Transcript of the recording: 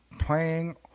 Playing